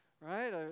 right